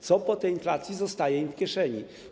Co po tej inflacji zostaje im w kieszeni?